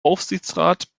aufsichtsrat